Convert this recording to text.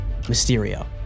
Mysterio